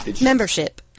Membership